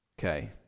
Okay